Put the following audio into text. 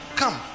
come